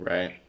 Right